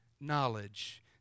knowledge